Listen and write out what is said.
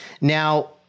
Now